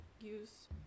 use